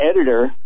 editor